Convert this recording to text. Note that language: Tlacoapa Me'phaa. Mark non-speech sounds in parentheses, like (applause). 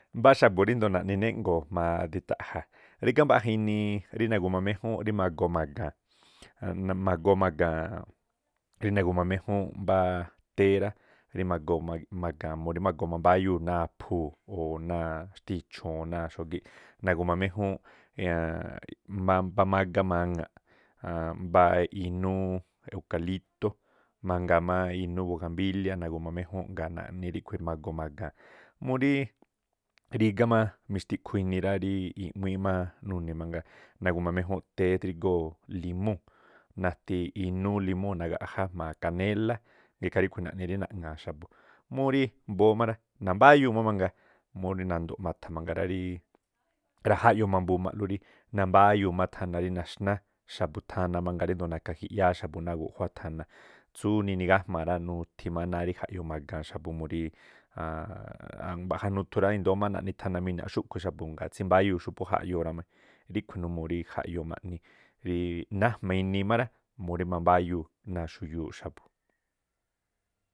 Mbá xa̱bu̱ rindo̱o naꞌni néꞌngo̱o̱ jma̱a ndita̱ꞌja̱, rígá mbaꞌja inii rí nagu̱ma méjúúnꞌ rí ma̱goo ma̱ga̱a̱nꞌ. Magoo ma̱ga̱a̱n rí nagu̱ma méjúún mbáá téé rá rí ma̱goo ma̱ga̱a̱n murí magoo mambáyúu̱ náa̱ aphuu̱ o̱ náa̱ xtichu̱u̱n o náa̱ xógíꞌ. Nagu̱ma̱ méjúún (hesitation) má mámbá mágá maŋa̱ꞌ (hesitation) mbá inúú eukalító, mangaa má inuu bugambíliá nagu̱ma méjúúnꞌ ma̱goo ma̱ga̱a̱n, múrí rígá mbaꞌja inii rí mixtiꞌkhuu inii rá i̱ꞌwíín má nuni̱ mangaa. Nagu̱ma méjúúnꞌ téé drígóo̱ limúu̱, nathi inúú limúu̱ nagaꞌjá jma̱a kanélá ikhaa ríꞌkhui naꞌni rí naŋa̱a̱ xa̱bu̱. Múrí mbóó má rá, nambáyuu má mangaa murí nando̱ ma̱tha̱ mangaa rá ríí ra̱jáyoo ma̱bumaꞌlú rí nambáyuu má thana rí naxná xa̱bu̱ thana mangaa ríndo̱o na̱ka jiꞌyáá xa̱bu̱ náa̱ guꞌjuá thana, tsú niniga̱jma̱a̱ rá nuthi má náá rí jaꞌyoo ma̱ga̱a̱n xa̱bu̱ murí (hesitation) mba̱ꞌja nuthu rá i̱ndóó má naꞌni thana mina̱ꞌ xúꞌkhui̱ xa̱bu̱ ngaa̱ tsímbáyuu̱ xú phú jaꞌyoo rámí. Ríꞌkhui̱ jaꞌyoo ma̱ꞌni rí nájma̱ inii má rá murí manbáyuu̱ náa̱ xuyuuꞌ xa̱bu̱.